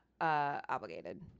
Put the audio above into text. obligated